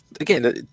again